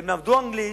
הם למדו אנגלית,